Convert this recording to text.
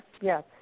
yes